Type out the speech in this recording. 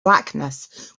blackness